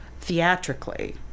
theatrically